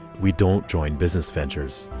we don't join business ventures,